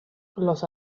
los